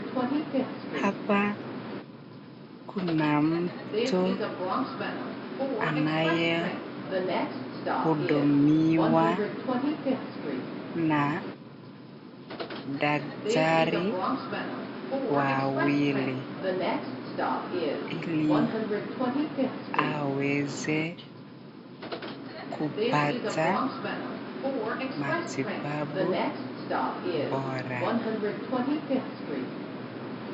Hapa kuna mtu anaye hudumiwa na daktari wawili. Ili aweze kupata matibabu Bora.